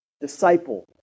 disciple